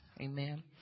Amen